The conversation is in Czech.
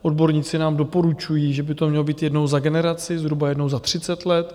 Odborníci nám doporučují, že by to mělo být jednou za generaci, zhruba jednou za třicet let.